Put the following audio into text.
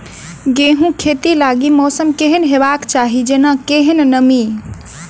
गेंहूँ खेती लागि मौसम केहन हेबाक चाहि जेना केहन नमी?